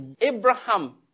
Abraham